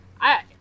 I-